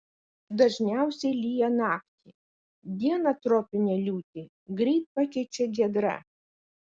dažniausiai lyja naktį dieną tropinę liūtį greit pakeičia giedra